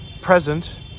present